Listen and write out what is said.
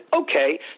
okay